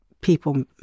people